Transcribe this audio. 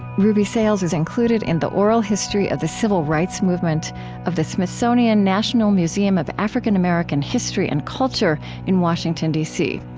ruby sales is included in the oral history of the civil rights movement of the smithsonian national museum of african american history and culture in washington, d c.